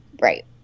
right